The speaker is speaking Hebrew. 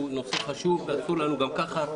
זה נושא חשוב ואסור לנו לעכב.